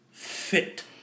fit